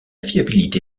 fiabilité